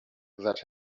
that